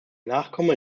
nachkomme